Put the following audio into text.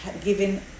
given